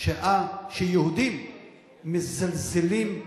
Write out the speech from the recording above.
שעה שיהודים מזלזלים,